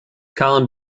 colin